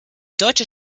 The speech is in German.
deutsche